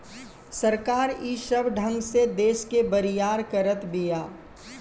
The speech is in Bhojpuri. सरकार ई सब ढंग से देस के बरियार करत बिया